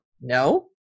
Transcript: no